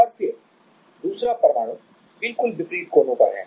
और फिर दूसरा परमाणु बिल्कुल विपरीत कोनों पर है